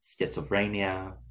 schizophrenia